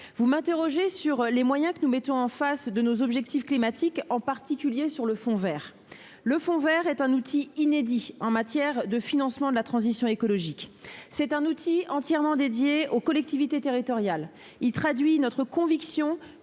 Vous m'interrogez sur les moyens que nous mettons au service de nos objectifs climatiques, en particulier sur le fonds vert. Ce fonds est un outil inédit en matière de financement de la transition écologique : il est entièrement dédié aux collectivités territoriales et traduit notre conviction